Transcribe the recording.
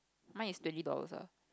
mine is twenty dollars lah